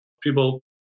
people